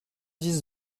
dix